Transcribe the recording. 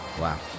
Wow